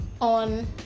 on